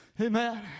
Amen